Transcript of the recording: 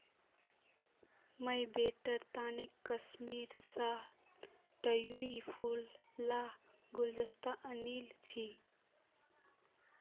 मुई बेटीर तने कश्मीर स ट्यूलि फूल लार गुलदस्ता आनील छि